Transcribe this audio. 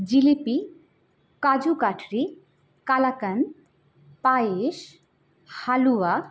jalebi kaju katli kalakand payesh হালুয়া